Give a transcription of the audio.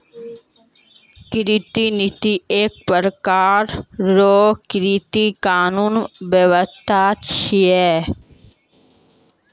कृषि नीति एक प्रकार रो कृषि कानून व्यबस्था छिकै